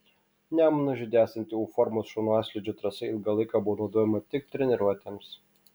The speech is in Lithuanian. nemuno žiede esanti u formos šonaslydžio trasa ilgą laiką buvo naudojama tik treniruotėms